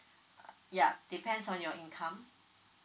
ya depends on your income